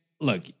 Look